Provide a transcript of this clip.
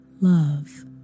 love